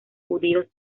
judíos